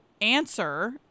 answer